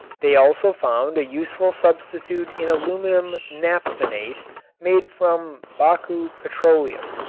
they also found a useful substitute in aluminum naphthenate made from baku petroleum,